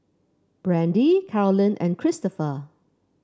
Brandie Carolyn and Christoper